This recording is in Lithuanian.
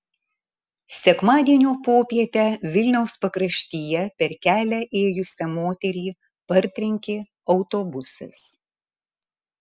sekmadienio popietę vilniaus pakraštyje per kelią ėjusią moterį partrenkė autobusas